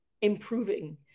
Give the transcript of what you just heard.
improving